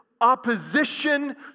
opposition